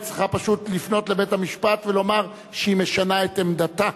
היא צריכה פשוט לפנות לבית-המשפט ולומר שהיא משנה את עמדתה,